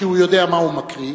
כי הוא יודע מה הוא מקריא,